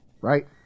right